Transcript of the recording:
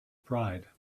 pride